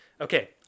Okay